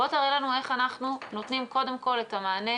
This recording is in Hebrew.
בוא תראה לנו איך אנחנו נותנים קודם כל את המענה